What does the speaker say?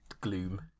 gloom